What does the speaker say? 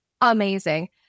amazing